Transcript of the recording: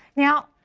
now,